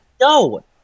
No